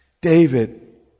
David